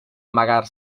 amagar